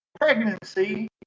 pregnancy